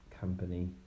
company